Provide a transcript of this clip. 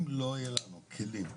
אם לא יהיו הכלים לאכיפה,